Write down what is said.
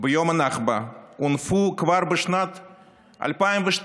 ביום הנכבה הונפו כבר בשנת 2012,